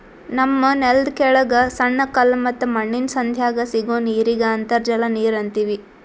ನಮ್ಮ್ ನೆಲ್ದ ಕೆಳಗ್ ಸಣ್ಣ ಕಲ್ಲ ಮತ್ತ್ ಮಣ್ಣಿನ್ ಸಂಧ್ಯಾಗ್ ಸಿಗೋ ನೀರಿಗ್ ಅಂತರ್ಜಲ ನೀರ್ ಅಂತೀವಿ